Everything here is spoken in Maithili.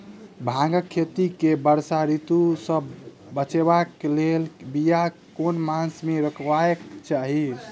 भांगक खेती केँ वर्षा ऋतु सऽ बचेबाक कऽ लेल, बिया केँ मास मे रोपबाक चाहि?